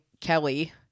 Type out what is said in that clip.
Kelly